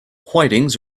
whitings